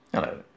Hello